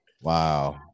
Wow